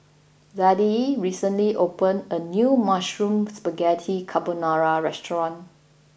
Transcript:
Zadie recently opened a new Mushroom Spaghetti Carbonara Restaurant